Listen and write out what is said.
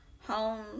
home